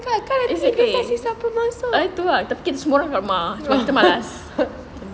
exactly ah tu lah tapi kita semua orang kat rumah cuma kita malas